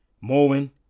Mowing